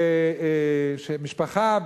שמשפחה,